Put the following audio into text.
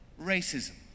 racism